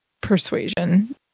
persuasion